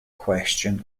question